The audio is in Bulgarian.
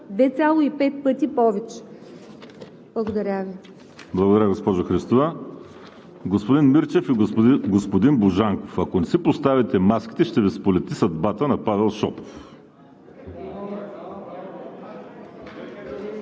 ВАЛЕРИ СИМЕОНОВ: Благодаря, госпожо Христова. Господин Мирчев и господин Божанков, ако не си поставите маските, ще Ви сполети съдбата на Павел Шопов.